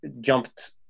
jumped